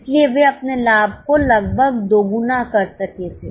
इसलिए वे अपने लाभ को लगभग दोगुना कर सके थे